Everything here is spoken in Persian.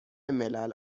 ملل